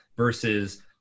versus